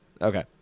Okay